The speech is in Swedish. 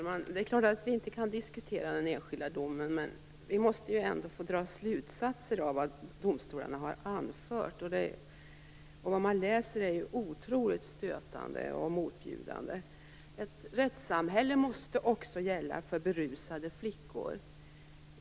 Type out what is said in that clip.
Fru talman! Det är klart att vi inte kan diskutera den enskilda domen. Men vi måste ändå få dra slutsatser av vad domstolarna har anfört. Vad man läser är otroligt stötande och motbjudande. Ett rättssamhälle måste också gälla för berusade flickor.